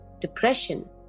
depression